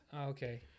Okay